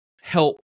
help